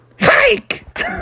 Hike